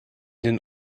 den